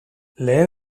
lehen